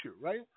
right